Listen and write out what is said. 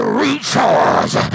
recharge